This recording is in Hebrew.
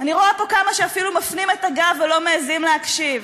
אני רואה פה כמה שאפילו מפנים את הגב ולא מעיזים להקשיב.